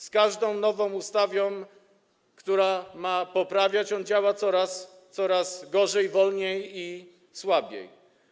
Z każdą nową ustawą, która ma go poprawiać, on działa coraz gorzej, wolniej i słabiej.